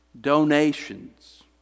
Donations